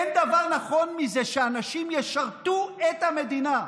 אין דבר נכון מזה שאנשים ישרתו את המדינה.